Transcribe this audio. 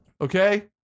okay